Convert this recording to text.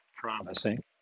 promising